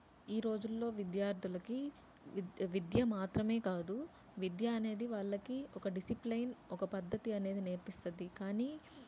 ఈ రోజుల్లో విద్యార్థులకు విద్య మాత్రమే కాదు విద్య అనేది వాళ్ళకి ఒక డిసిప్లెయిన్ ఒక పద్ధతి అనేది నేర్పిస్తుంది కానీ